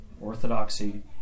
Orthodoxy